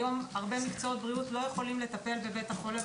היום הרבה מקצועות בריאות לא יכולים לטפל בבית החולה,